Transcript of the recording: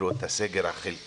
בשבוע שעבר היה סגר חלקי,